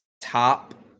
top